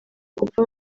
gupfa